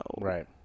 Right